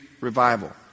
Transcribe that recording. Revival